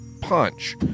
punch